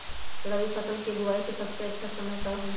रबी फसल के बुआई के सबसे अच्छा समय का हई?